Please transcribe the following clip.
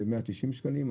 190 שקלים,